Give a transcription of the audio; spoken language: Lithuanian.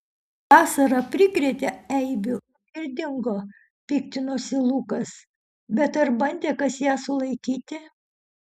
vasara prikrėtė eibių ir dingo piktinosi lukas bet ar bandė kas ją sulaikyti